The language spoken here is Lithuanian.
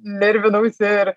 nervinausi ir